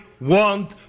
want